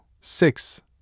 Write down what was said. six